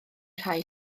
rhai